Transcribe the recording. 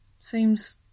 Seems